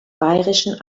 bayerischen